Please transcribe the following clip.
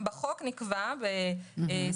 בחוק נקבע בסעיף